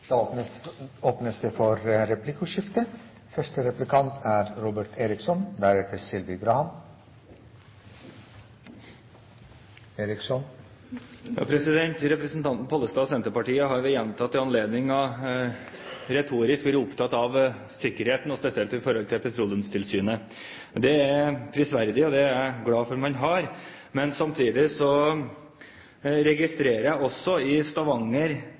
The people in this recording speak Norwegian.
framover. Det åpnes for replikkordskifte. Representanten Pollestad og Senterpartiet har ved gjentatte anledninger retorisk vært opptatt av sikkerheten, og spesielt i forhold til Petroleumstilsynet. Det er prisverdig, og det er jeg glad for at man er. Samtidig registrerer jeg også at i Stavanger